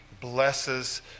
blesses